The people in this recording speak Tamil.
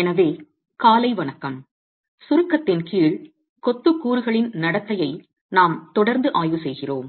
எனவே காலை வணக்கம் சுருக்கத்தின் கீழ் கொத்து கூறுகளின் நடத்தையை நாம் தொடர்ந்து ஆய்வு செய்கிறோம்